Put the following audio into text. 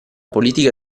politica